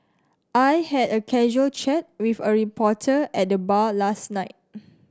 I had a casual chat with a reporter at a bar last night